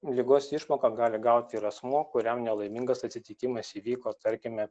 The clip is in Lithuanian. ligos išmoką gali gauti ir asmuo kuriam nelaimingas atsitikimas įvyko tarkime